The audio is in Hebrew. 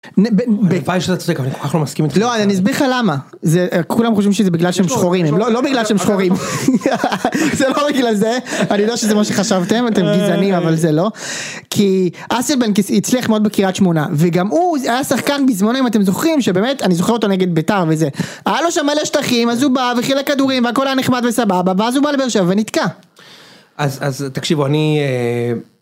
הלוואי שאתה צודק אבל אני כל כך לא מסכים איתך, לא אני אסביר לך למה זה כולם חושבים שזה בגלל שהם שחורים לא בגלל שהם שחורים. זה לא בגלל זה, אני יודע שזה מה שחשבתם, אתם גזענים אבל זה לא, כי אסבנקס הצליח מאוד בקריית שמונה וגם הוא היה שחקן בזמנו אם אתם זוכרים שבאמת אני זוכר אותו נגד ביתר וזה היה לו שם מלא שטחים אז הוא בא וחילק כדורים הכל היה נחמד וסבבה ואז הוא בא לבאר שבע ונתקע. אז אז תקשיבו אני.